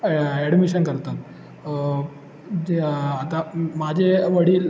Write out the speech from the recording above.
ॲ admission करतात जे आ आता माझे वडील